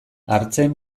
artzain